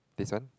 this one